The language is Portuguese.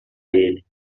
ele